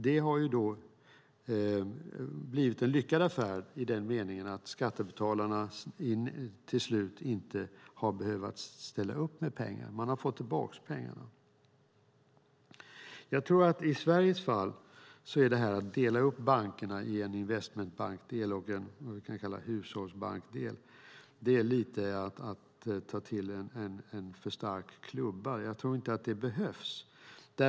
Det har då blivit en lyckad affär i den meningen att skattebetalarna till slut inte har behövt ställa upp med pengar. Man har fått tillbaka pengarna. Jag tror att i Sveriges fall är det här med att dela upp bankerna i en investmentbankdel och en hushållsbankdel lite att ta till en för stark klubba. Jag tror inte att det behövs.